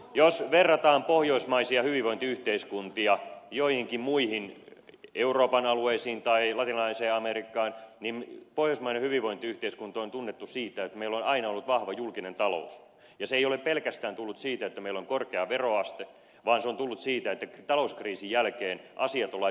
jos verrataan pohjoismaisia hyvinvointiyhteiskuntia joihinkin muihin euroopan alueisiin tai latinalaiseen amerikkaan niin pohjoismainen hyvinvointiyhteiskunta on tunnettu siitä että meillä on aina ollut vahva julkinen talous ja se ei ole pelkästään tullut siitä että meillä on korkea veroaste vaan se on tullut siitä että talouskriisin jälkeen asiat on laitettu kuntoon